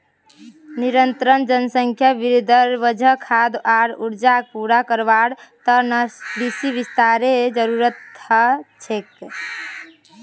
निरंतर जनसंख्या वृद्धिर वजह खाद्य आर ऊर्जाक पूरा करवार त न कृषि विस्तारेर जरूरत ह छेक